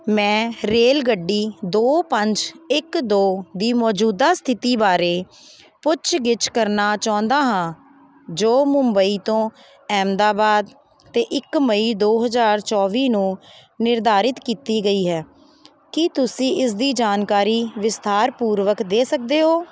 ਮੈਂ ਰੇਲਗੱਡੀ ਦੋ ਪੰਜ ਇੱਕ ਦੋ ਦੀ ਮੌਜੂਦਾ ਸਥਿਤੀ ਬਾਰੇ ਪੁੱਛ ਗਿੱਛ ਕਰਨਾ ਚਾਹੁੰਦਾ ਹਾਂ ਜੋ ਮੁੰਬਈ ਤੋਂ ਅਹਿਮਦਾਬਾਦ 'ਤੇ ਇੱਕ ਮਈ ਦੋ ਹਜ਼ਾਰ ਚੌਵੀ ਨੂੰ ਨਿਰਧਾਰਤ ਕੀਤੀ ਗਈ ਹੈ ਕੀ ਤੁਸੀਂ ਇਸ ਦੀ ਜਾਣਕਾਰੀ ਵਿਸਥਾਰਪੂਰਵਕ ਦੇ ਸਕਦੇ ਹੋ